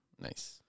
Nice